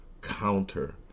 counter